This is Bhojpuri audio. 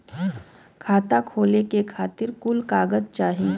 खाता खोले के खातिर कुछ कागज चाही?